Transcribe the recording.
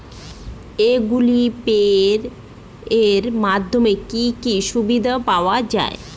Google Pay এর মাধ্যমে কি কি সুবিধা পাওয়া যায়?